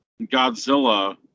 Godzilla